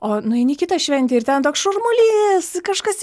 o nueini į kitą šventę ir ten toks šurmulys kažkas